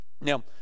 Now